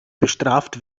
bestraft